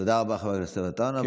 תודה רבה חבר הכנסת עטאונה.